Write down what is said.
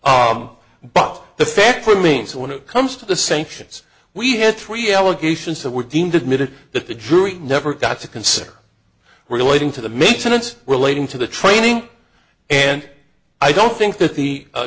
six but the fact remains that when it comes to the sanctions we had three allegations that were deemed admitted that the jury never got to consider relating to the mix and it's relating to the training and i don't think that the